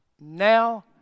Now